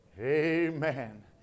Amen